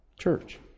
Church